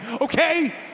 okay